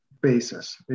basis